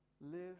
Live